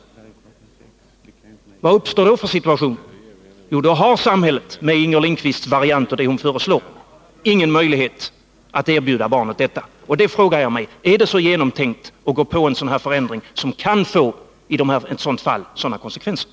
Vad uppstår då för situation? Jo, då har samhället med vad Inger Lindquist föreslår ingen möjlighet att erbjuda barnet den behandlingen. Jag frågar mig: Är det så genomtänkt att gå på en sådan förändring som i ett fall som detta kan få dessa konsekvenser?